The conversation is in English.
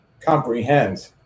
comprehend